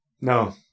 No